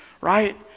right